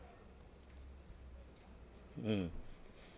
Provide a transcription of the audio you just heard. mm